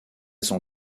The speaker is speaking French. son